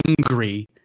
angry